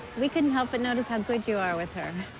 we couldn't help but notice how good you are with her.